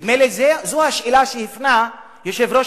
נדמה לי שזו השאלה שהפנה יושב-ראש